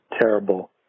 terrible